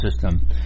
system